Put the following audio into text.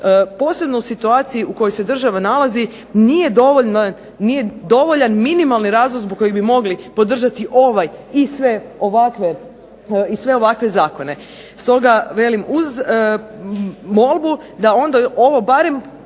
posebno u situaciji u kojoj se država nalazi nije dovoljan minimalan razlog zbog kojeg bi mogli podržati ovaj i sve ovakve zakone. Stoga velim, uz molbu da onda ovo barem